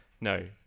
no